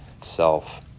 self